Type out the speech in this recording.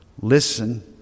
Listen